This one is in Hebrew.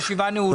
הישיבה נעולה.